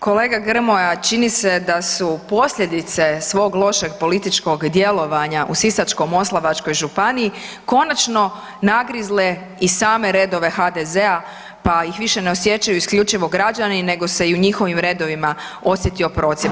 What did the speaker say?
Kolega Grmoja, čini se da su posljedice svog lošeg političkog djelovanja u Sisačko-moslavačkoj županiji konačno nagrizle i same redova HDZ-a pa ih više ne osjećaju isključivo građani nego se i u njihovim redovima osjetio procjep.